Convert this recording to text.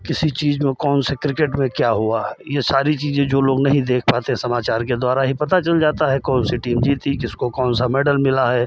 किसी चीज़ में कौन से क्रिकेट में क्या हुआ यह सारी चीज़ें जो लोग नहीं देख पाते समाचार के ही द्वारा पता चल जाता है कौन सी टीम जीती किसको कौन सा मेडल मिला है